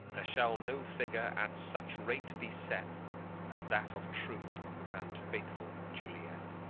there shall no figure at such rate be set as that of true and faithful juliet.